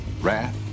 wrath